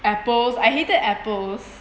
apples I hated apples